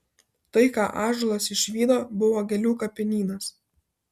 tai ką ąžuolas išvydo buvo gėlių kapinynas